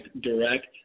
direct